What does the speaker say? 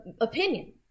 opinion